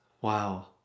Wow